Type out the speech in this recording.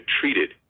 treated